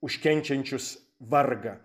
už kenčiančius vargą